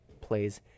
plays